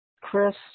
Chris